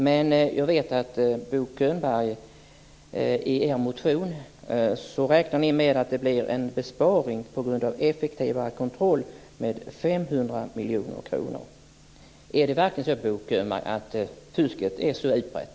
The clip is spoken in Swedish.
Men jag vet, Bo Könberg, att ni i er motion räknar med att det blir en besparing på grund av effektivare kontroll med 500 miljoner kronor. Är det verkligen så, Bo Könberg, att fusket är så utbrett?